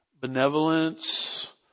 benevolence